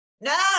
No